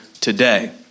today